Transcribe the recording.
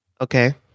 Okay